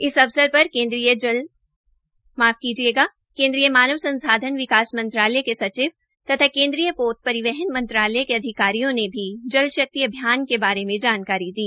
इस अवसर पर केंद्रीय मानव संसाधन विकास मंत्रालय के सचिव तथा केंद्रीय पोत परिवहन मंत्रालय के अधिकारियों ने भी जल शक्ति अभियान के बारे में जानकारी दी